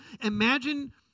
imagine